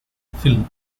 phil